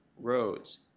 roads